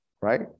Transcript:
Right